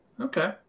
Okay